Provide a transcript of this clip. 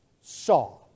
saw